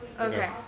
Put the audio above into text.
Okay